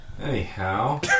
anyhow